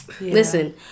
Listen